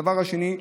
שנית,